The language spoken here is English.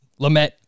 Lamette